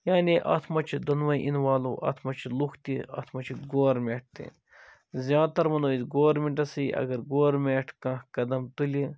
یعنی اتھ مَنٛز چھِ دۅنوے اِنوالو اتھ مَنٛز چھِ لُکھ تہِ اتھ مَنٛز چھِ گورمٮ۪ٹھ تہِ زیاد تر ونو أسۍ گورمنٹسٕے اگر گورمٹھ کانٛہہ قدم تُلہِ